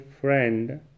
friend